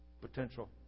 potential